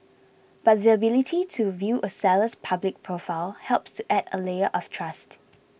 but the ability to view a seller's public profile helps to add a layer of trust